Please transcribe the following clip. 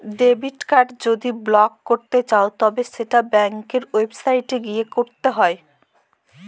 debit card যদি block করতে চাও তবে সেটা ব্যাঙ্কের ওয়েবসাইটে গিয়ে করতে হবে